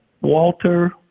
Walter